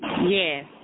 Yes